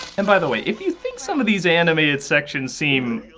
and by the way, if you think some of these animated sections seem.